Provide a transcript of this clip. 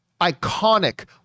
iconic